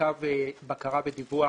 בקרה ודיווח